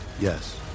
Yes